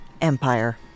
empire